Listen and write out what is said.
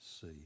see